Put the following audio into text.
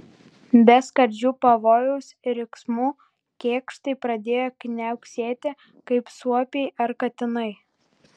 be skardžių pavojaus riksmų kėkštai pradėjo kniauksėti kaip suopiai ar katinai